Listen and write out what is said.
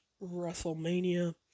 WrestleMania